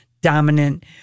dominant